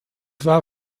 war